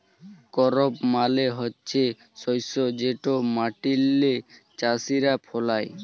করপ মালে হছে শস্য যেট মাটিল্লে চাষীরা ফলায়